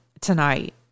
tonight